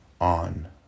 on